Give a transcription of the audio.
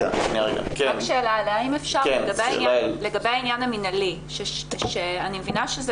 לגבי העניין המינהלי שאני מבינה שזה